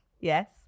Yes